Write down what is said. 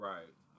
Right